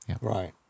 Right